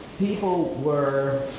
people were